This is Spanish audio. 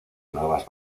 nuevas